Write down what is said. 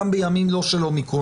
גם בימים לא של אומיקרון,